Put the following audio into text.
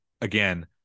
again